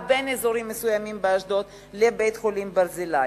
מאזורים מסוימים באשדוד לבית-החולים "ברזילי".